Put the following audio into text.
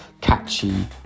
catchy